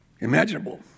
imaginable